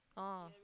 oh